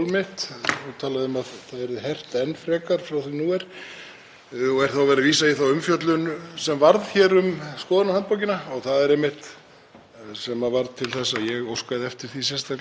sem varð til þess að ég óskaði eftir því sérstaklega að Samgöngustofa færi yfir það, hún er að endurskoða þá handbók, en reglurnar munu herðast vegna þess að